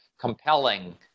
compelling